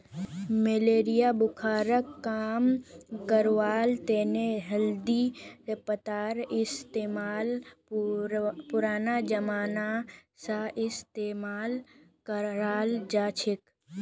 malaria बुखारक कम करवार तने हल्दीर पत्तार इस्तेमाल पुरना जमाना स इस्तेमाल कराल जाछेक